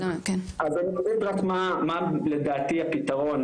אז אני רוצה רק מה לדעתי הפתרון,